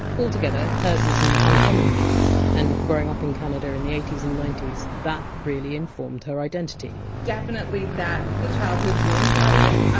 altogether hers is an uncommon name and, growing up in canada in the eighty s and ninety s, that really informed her identity definitely that's the childhood wound part of it. ah